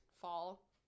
fall